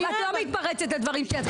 את לא מתפרצת לדברים שלי.